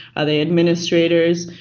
are they administrators.